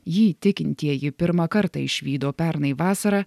jį tikintieji pirmą kartą išvydo pernai vasarą